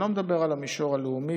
אני לא מדבר על המישור הלאומי,